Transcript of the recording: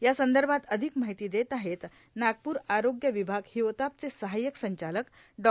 या संदर्भात अधिक माहिती देत आहेत नागपूर आरोग्य विभाग हिवतापाचे सहाय्यक संचालक डॉ